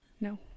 No